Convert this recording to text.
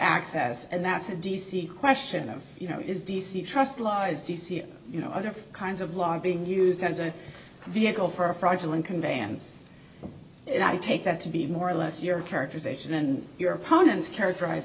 access and that's a d c question of you know is d c trust law is d c you know other kinds of laws being used as a vehicle for a fraudulent conveyance and i take that to be more or less your characterization and your opponents characterize